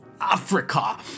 Africa